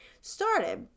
started